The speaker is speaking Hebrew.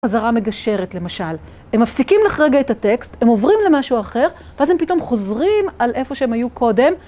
חזרה מגשרת, למשל, הם מפסיקים לך רגע את הטקסט, הם עוברים למשהו אחר, ואז הם פתאום חוזרים על איפה שהם היו קודם.